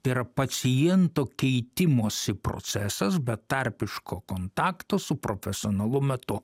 tai yra paciento keitimosi procesas betarpiško kontakto su profesionalu metu